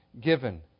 given